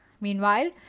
Meanwhile